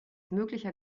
möglicher